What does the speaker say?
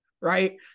right